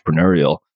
entrepreneurial